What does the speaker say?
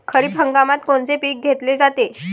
खरिप हंगामात कोनचे पिकं घेतले जाते?